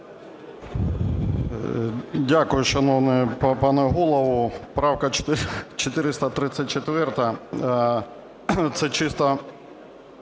Дякую, шановний пане Голово. Правка 434 – це чисто